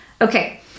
Okay